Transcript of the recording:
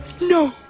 No